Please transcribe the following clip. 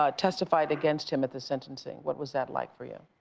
ah testified against him at the sentencing. what was that like for you?